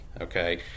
okay